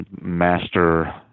master